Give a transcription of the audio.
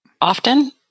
often